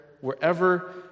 wherever